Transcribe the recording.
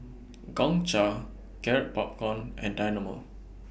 Gongcha Garrett Popcorn and Dynamo